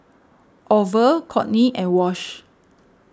Orval Kortney and Wash